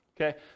okay